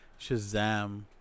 Shazam